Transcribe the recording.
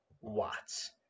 Watts